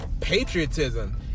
patriotism